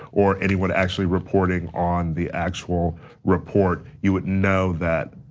or anyone actually reporting on the actual report. you would know that,